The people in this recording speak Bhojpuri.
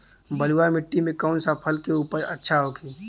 बलुआ मिट्टी में कौन सा फसल के उपज अच्छा होखी?